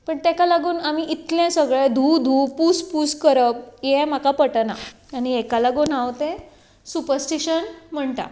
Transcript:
पण तेका लागून आमी इतलें सगळें धू धू पूस पूस करप ये म्हाका पटना आनी हेका लागून हांव ते सुपरस्टिशन म्हणटा